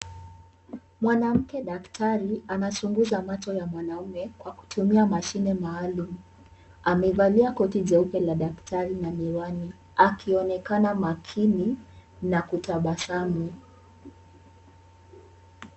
Mwanamke daktari anachunguza macho ya mwanaume kwa kutumia mashine maalum. Amevalia koti jeupe la daktari na miwani, akionekana makini na kutabasamu.